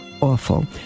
awful